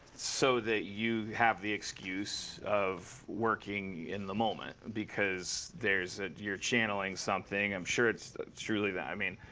so that you have the excuse of working in the moment. because there's a you're channeling something. i'm sure it's truly that i mean,